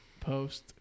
Post